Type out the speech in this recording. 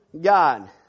God